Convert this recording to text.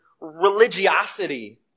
religiosity